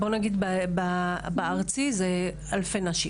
בארצי זה אלפי נשים.